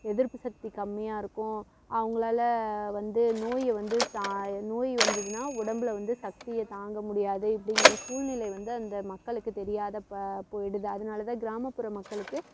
எதிர்ப்பு சக்தி கம்மியாக இருக்கும் அவங்களால வந்து நோய வந்து தா நோய் வந்ததுனா உடம்பில் வந்து சக்தியை தாங்க முடியாது இப்படிங்குற சூழ்நிலை வந்து அந்த மக்களுக்கு தெரியாத ப போயிடுது அதனால தான் கிராமப்புற மக்களுக்கு